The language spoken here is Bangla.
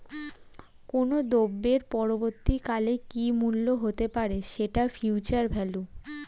কোনো দ্রব্যের পরবর্তী কালে কি মূল্য হতে পারে, সেটা ফিউচার ভ্যালু